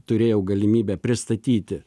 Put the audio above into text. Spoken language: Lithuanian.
turėjau galimybę pristatyti